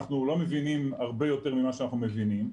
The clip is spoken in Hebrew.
אנחנו לא מבינים הרבה יותר ממה שאנחנו מבינים.